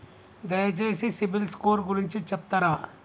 దయచేసి సిబిల్ స్కోర్ గురించి చెప్తరా?